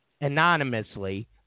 anonymously